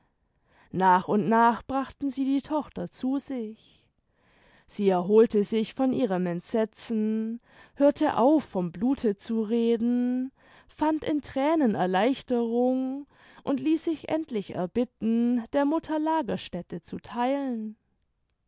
nach und nach brachten sie die tochter zu sich sie erholte sich von ihrem entsetzen hörte auf vom blute zu reden fand in thränen erleichterung und ließ sich endlich erbitten der mutter lagerstätte zu theilen